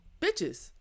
bitches